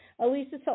Elisa